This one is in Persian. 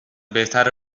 بهتره